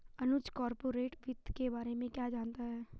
अनुज corporate वित्त के बारे में क्या जानता है?